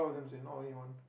as in not only one